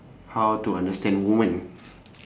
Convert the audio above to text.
how to understand woman